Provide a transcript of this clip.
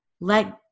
let